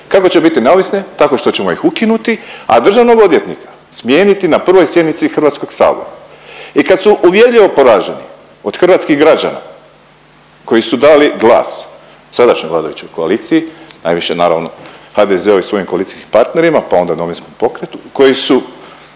Kako će biti neovisni? Tako što ćemo ih ukinuti, a državnog odvjetnika smijeniti na prvoj sjednici HS. I kad su uvjerljivo poraženi od hrvatskih građana koji su dali glas sadašnjoj vladajućoj koaliciji, najviše naravno HDZ-u i svojim koalicijskim partnerima, pa onda DP-u, koji su